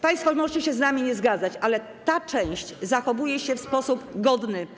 Państwo możecie się z nami nie zgadzać, ale ta część zachowuje się w sposób godny.